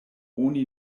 oni